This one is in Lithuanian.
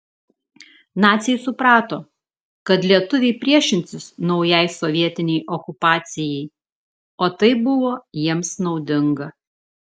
naciai suprato kad lietuviai priešinsis naujai sovietinei okupacijai o tai buvo jiems naudinga